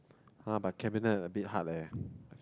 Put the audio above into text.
!huh! but cabinet a bit hard leh